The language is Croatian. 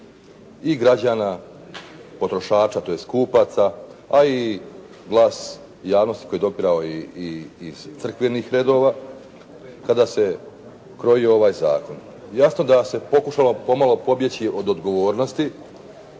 i građana potrošača, tj. kupaca, a i glas javnosti koji je dopirao iz crkvenih redova kada se krojio ovaj zakon. Jasno da se pokušalo pomalo pobjeći od odgovornosti,